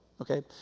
Okay